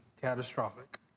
catastrophic